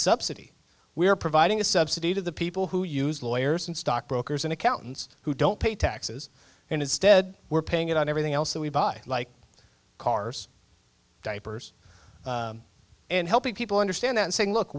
subsidy we are providing a subsidy to the people who use lawyers and stockbrokers and accountants who don't pay taxes and instead we're paying it on everything else that we buy like cars diapers and helping people understand that saying look